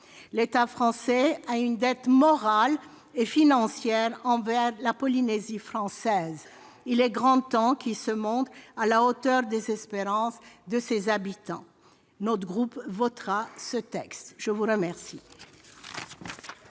L'État français a une dette morale et financière envers la Polynésie française. Il est grand temps qu'il se montre à la hauteur des espérances des habitants. Le groupe communiste républicain